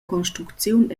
construcziun